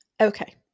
Okay